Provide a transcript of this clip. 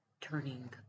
turning